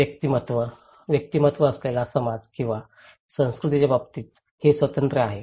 व्यक्तिमत्त्व व्यक्तिमत्त्व असलेला समाज किंवा संस्कृतीच्या बाबतीत हे स्वतंत्र आहे